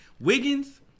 Wiggins